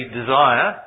desire